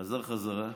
חזר בחזרה,